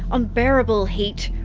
unbearable heat,